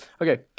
okay